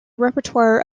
repertoire